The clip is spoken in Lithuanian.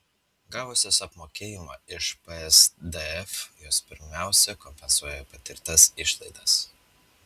gavusios apmokėjimą iš psdf jos pirmiausia kompensuoja patirtas išlaidas